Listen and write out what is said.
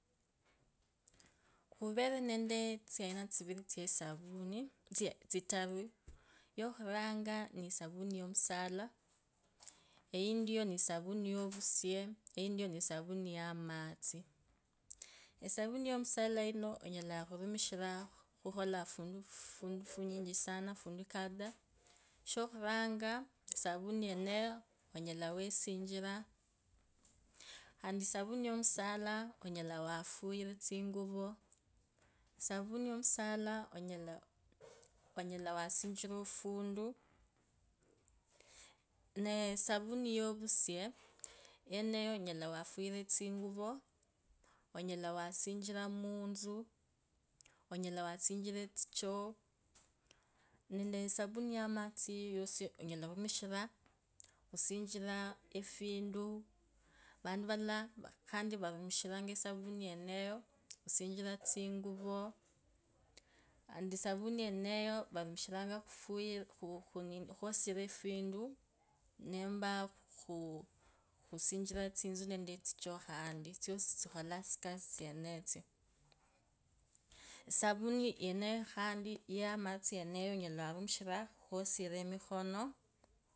𝖪𝗁𝗎𝗏𝖾𝗋𝖾 𝗇𝖾𝗇𝖽𝖾 𝗍𝗌𝖺𝗂𝗇𝖺 𝗍𝖺𝗂𝗏𝗂𝗋𝗂 𝗍𝗌𝖾𝗌𝖺𝗏𝗎𝗇𝗂 𝗍𝗌𝖾 𝗍𝗌𝗂𝗍𝖺𝗋𝗎 𝗒𝗈𝗄𝗁𝗎𝗋𝖺𝗇𝗀𝖺 𝗇𝖾𝗌𝖺𝗏𝗎𝗇𝗂 𝗒𝖾𝗆𝗎𝗌𝖺𝗅𝖺 𝖾𝗒𝗂𝗇𝖽𝗂𝗒𝗈 𝗇𝖾𝗌𝖺𝗏𝗎𝗇𝗂 𝗒𝖾𝗏𝗎𝗌𝗂𝖾 𝖾𝗒𝗂𝗇𝖽𝗂𝗒𝗈 𝗇𝖾𝗌𝖺𝗏𝗎𝗇𝖾 𝗒𝖾𝗆𝖺𝗍𝗌𝗂 𝖤𝗌𝖺𝗏𝗎𝗇𝗂 𝗒𝖾𝗆𝗎𝗌𝖺𝗅𝖺 𝖺𝗇𝗒𝖺𝗅𝖺 𝗄𝗁𝗎𝗋𝗎𝗆𝗂𝗌𝗁𝖾𝗋𝖺 𝗄𝗁𝗎𝗄𝗁𝗈𝗅𝖺 𝖿𝗎𝗇𝖽𝗎 𝖿𝗎𝗇𝗒𝗂𝗇𝗃𝗂 𝗌𝖺𝗇𝖺 𝖿𝗎 𝖿𝗎𝗇𝖽𝗎 𝗄𝖺𝖽𝗁𝖺𝖺 𝗌𝗁𝗈𝗄𝗁𝗎𝗋𝖺𝗇𝗀𝖺 𝗌𝖺𝗏𝗎𝗇𝗂 𝗒𝖾𝗇𝖾𝗒𝗈 𝗈𝗇𝗒𝖺𝗅𝖺 𝗐𝖾𝗌𝗂𝗇𝗃𝗂𝗋𝖺 𝗄𝗁𝖺𝗇𝖽𝗂 𝗌𝖺𝗏𝗎𝗅𝖺𝗇𝗂 𝗒𝖾𝗇𝖾𝗒𝗈 𝗎𝗇𝗒𝖺𝗅𝖺 𝗐𝖺𝗌𝗂𝗇𝗃𝗂𝗋𝖺 𝗍𝗌𝗂𝗇𝗀𝗎𝗏𝗈 𝗌𝖺𝗏𝗎𝗇𝗂 𝗈𝗇𝗒𝖺𝗅𝖺 𝗈𝗇𝗒𝖺𝗅𝖺𝗐𝖺𝗌𝗂𝗇𝗃𝗂𝗋𝖺 𝗎𝖿𝗎𝗇𝖽𝗎 𝖭𝖾𝖾𝖾 𝖾𝗌𝖺𝗏𝗎𝗇𝗂 𝗒𝗈𝗏𝗎𝗌𝗂𝖾 𝗒𝖾𝗇𝖾𝗒𝗈 𝗈𝗇𝗒𝖺𝗅𝖺 𝗐𝖺𝖿𝗎𝗒𝗂𝗋𝖺 𝖾𝗍𝗌𝗂𝗇𝗀𝗎𝗏𝗎 𝖺𝗇𝗒𝖺𝗅𝖺 𝗐𝖺𝗌𝗂𝗇𝗃𝗂𝗋𝖺 𝗆𝗎𝗍𝗌𝗎 𝗈𝗇𝗒𝖺𝗅𝖺 𝗐𝖺𝗌𝗂𝗇𝗃𝗂𝗋𝖺 𝖾𝗍𝗌𝗂𝖼𝗁𝗎𝗎 𝗇𝖾𝗇𝖽𝖾 𝖾𝗌𝖺𝗏𝗎𝗇𝗂 𝗒𝖺𝗆𝖺𝗍𝗌𝗂 𝗒𝗈𝗌𝗂 𝗈𝗇𝗒𝖺𝗅𝗈 𝗄𝗁𝗎𝗋𝗎𝗆𝗎𝗌𝗁𝗂𝗋𝖺 𝗄𝗁𝗎𝗌𝗂𝗇𝗃𝗂𝗋𝖺 𝗈𝖿𝗂𝗇𝖽𝗎 𝗏𝖺𝗇𝗍𝗎 𝗏𝖺𝗅𝖺𝗅𝖺 𝗄𝗁𝖺𝗇𝖽𝗂 𝗏𝖺𝗏𝗎𝗆𝗂𝗌𝗁𝗂𝗋𝖺𝗇𝗀𝖺 𝗌𝖺𝗏𝗎𝗇𝗂 𝗒𝖾𝗇𝖾𝗒𝗈 𝗄𝗁𝗎𝗌𝗂𝗇𝗃𝗂𝗋𝗈 𝗍𝗌𝗂𝗇𝗀𝗎𝗋𝗎 𝗄𝗁𝖺𝗇𝖽𝗂 𝗌𝖺𝗏𝗎𝗇𝗂 𝗒𝖾𝗇𝖾𝗒𝗈 𝗏𝖺𝗋𝗎𝗆𝗂𝗌𝗁𝗂𝗋𝖺𝗇𝗀𝖺 𝗄𝗁𝗎𝖿𝗎𝗒𝗂 𝗄𝗁𝗎𝗇𝗂𝗇𝗂 𝗄𝗁𝗈𝗌𝗂𝗒𝖺 𝖾𝖿𝗂𝗇𝖽𝗎 𝗇𝗈𝗆𝖻𝖺 𝗄𝗁𝗎𝗎 𝗄𝗁𝗎𝗌𝗂𝗇𝗃𝗂𝗋𝗈 𝖾𝗍𝗌𝗂𝗍𝗌𝗎 𝗇𝖾𝗇𝖽𝖾 𝖾𝗍𝗌𝗂𝖼𝗁𝗈𝗈 𝗄𝗁𝖺𝗇𝖽𝗂 𝗍𝗌𝗎𝗌𝗂 𝗍𝗌𝗂𝗄𝗁𝗈𝗅𝖺𝖺 𝗍𝗌𝗂𝗄𝖺𝗌𝗂 𝗍𝗌𝖾𝗇𝖾𝗍𝗌𝗈 𝖲𝖺𝗏𝗎𝗇𝗂 𝗒𝖾𝗇𝖾𝗒𝗈 𝗒𝖺𝗆𝖺𝗍𝗌𝗂 𝗒𝖾𝗇𝖾𝗒𝗈 𝗈𝗇𝗒𝖺𝗅𝖺 𝗐𝖺𝗋𝗎𝗆𝗂𝗌𝗁𝗂𝗋𝖺 𝗄𝗁𝗈𝗌𝗂𝗒𝖺 𝖾𝗆𝗂𝗄𝗁𝗈𝗇𝗈.